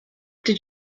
did